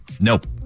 Nope